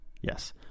Yes